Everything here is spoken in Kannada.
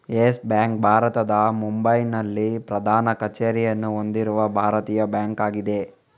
ಯೆಸ್ ಬ್ಯಾಂಕ್ ಭಾರತದ ಮುಂಬೈನಲ್ಲಿ ಪ್ರಧಾನ ಕಚೇರಿಯನ್ನು ಹೊಂದಿರುವ ಭಾರತೀಯ ಬ್ಯಾಂಕ್ ಆಗಿದೆ